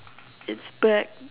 it's back